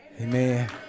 Amen